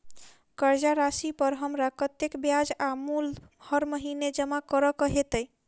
कर्जा राशि पर हमरा कत्तेक ब्याज आ मूल हर महीने जमा करऽ कऽ हेतै?